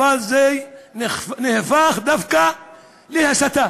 אבל זה נהפך דווקא להסתה.